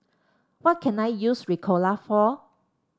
what can I use Ricola for